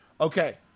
Okay